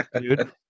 dude